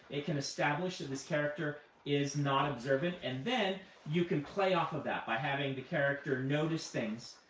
it can establish that this character is not observant, and then you can play off of that by having the character notice things,